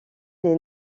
des